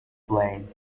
blame